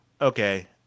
okay